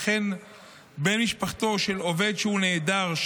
וכן בן משפחתו של עובד שהוא נעדר,